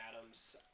Adams